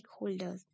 stakeholders